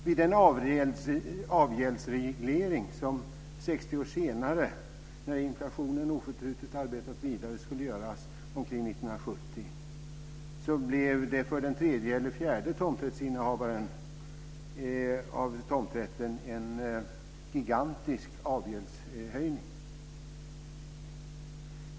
Vid den avgäldsreglering som 60 år senare - när inflationen oförtrutet arbetat vidare - skulle göras omkring 1970 blev det för den tredje eller fjärde tomträttshavaren av tomträtten en gigantisk avgäldshöjning.